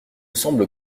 semble